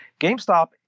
GameStop